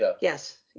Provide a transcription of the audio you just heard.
Yes